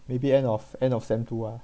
maybe end of end of sem two ah